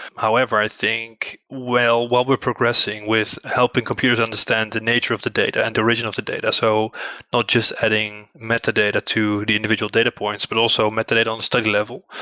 however, i think well, while we're progressing with helping computers understand the nature of the data and the region of the data, so no just adding metadata to the individual data points, but also metadata on study level,